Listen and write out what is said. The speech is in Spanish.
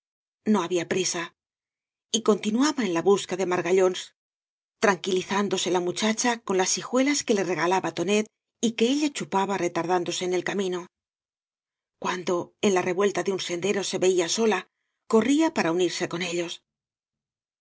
no había prisa y continuaba en la busca de margallóns tranquilizándose la muchacha con las hijuelas que le regalaba tonet y que ella chupaba retardándose en el camino cuando en la revuelta de un sendero se veía sola corría para unirse con ellos ahora